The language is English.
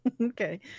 Okay